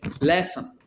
lesson